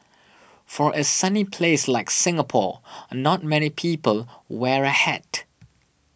for a sunny place like Singapore not many people wear a hat